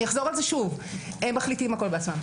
אני אחזור על זה שוב ואומר שהם מחליטים הכול בעצמם,